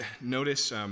notice